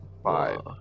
five